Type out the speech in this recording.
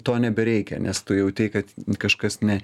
to nebereikia nes tu jautei kad kažkas ne